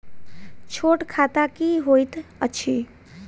छोट खाता की होइत अछि